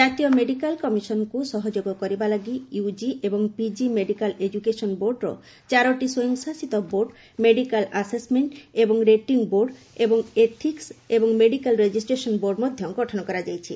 ଜାତୀୟ ମେଡିକାଲ କମିଶନକୁ ସହଯୋଗ କରିବା ଲାଗି ୟୁଜି ଏବଂ ପିକି ମେଡିକାଲ ଏକ୍ସକେସନ ବୋର୍ଡର ଚାରିଟି ସ୍ୱୟଂଶାସିତ ବୋର୍ଡ ମେଡିକାଲ ଆସେସମେଣ୍ଟ ଏବଂ ରେଟିଂ ବୋର୍ଡ ଓ ଏଥିକ୍ସ ଏବଂ ମେଡିକାଲ ରେଜିଷ୍ଟ୍ରେସନ ବୋର୍ଡ ମଧ୍ୟ ଗଠନ କରାଯାଇଛି